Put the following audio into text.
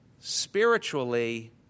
spiritually